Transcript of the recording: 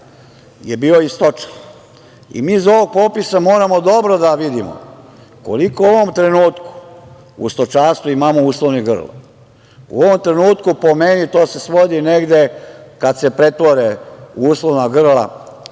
je bio i stočar i mi iz ovog popisa moramo dobro da vidimo koliko u ovom trenutku u stočarstvu imamo uslovnih grla. U ovom trenutku, po meni to se svodi negde, kad se pretvore uslovna grla